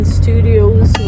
studios